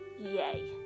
yay